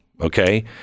okay